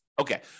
Okay